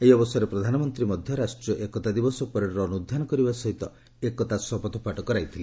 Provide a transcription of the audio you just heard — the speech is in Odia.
ଏହି ଅବସରରେ ପ୍ରଧାନମନ୍ତ୍ରୀ ମଧ୍ୟ ରାଷ୍ଟ୍ରିୟ ଏକତା ଦିବସ ପରେଡର ଅନୁଧ୍ୟାନ କରିବା ସହିତ ଏକତା ଶପଥ ପାଠ କରାଇଥିଲେ